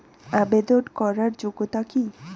আবেদন করার যোগ্যতা কি?